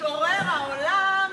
התעורר העולם.